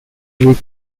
week